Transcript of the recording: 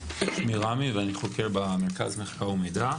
רמי, ואני חוקר במרכז מחקר ומידע.